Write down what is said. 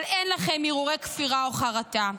אבל אין לכם הרהורי כפירה או חרטה.